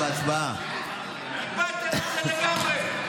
נפלתם על הראש לגמרי,